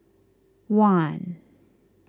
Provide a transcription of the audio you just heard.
one